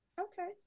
Okay